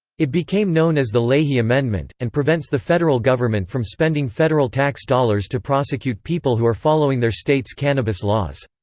it became known as the leahy amendment, and prevents the federal government from spending federal tax dollars to prosecute people who are following their state's cannabis laws.